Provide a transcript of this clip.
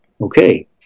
okay